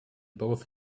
both